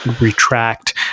retract